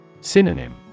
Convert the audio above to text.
Synonym